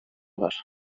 var